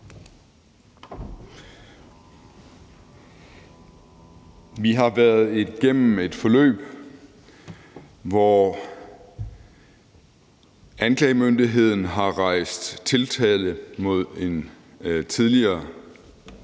Vi har været igennem et forløb, hvor anklagemyndigheden har rejst tiltale mod en tidligere,